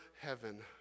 heaven